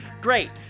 Great